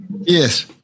Yes